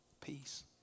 Peace